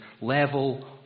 level